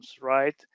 right